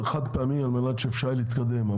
זה חד פעמי על מנת שאפשר יהיה להתקדם,